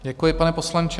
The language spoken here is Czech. Děkuji, pane poslanče.